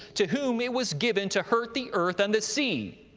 to whom it was given to hurt the earth and the sea,